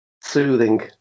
Soothing